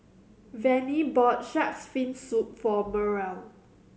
Vannie bought Shark's Fin Soup for Merl